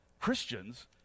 Christians